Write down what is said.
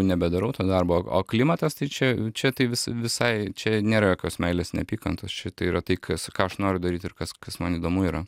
nebedarau to darbo o klimatas tai čia čia tai vi visai čia nėra jokios meilės neapykantos čia tai yra tai kas ką aš noriu daryt ir kas kas man įdomu yra